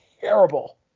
terrible